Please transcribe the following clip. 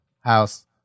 house